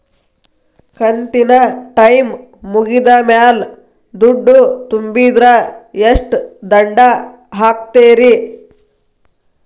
ಕಂತಿನ ಟೈಮ್ ಮುಗಿದ ಮ್ಯಾಲ್ ದುಡ್ಡು ತುಂಬಿದ್ರ, ಎಷ್ಟ ದಂಡ ಹಾಕ್ತೇರಿ?